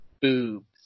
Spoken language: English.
boobs